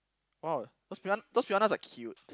!wow! those piran~ those piranhas are cute